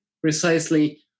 precisely